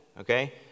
okay